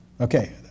Okay